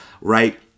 right